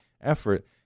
effort